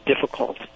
difficult